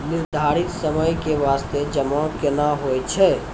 निर्धारित समय के बास्ते जमा केना होय छै?